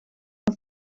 het